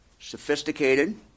sophisticated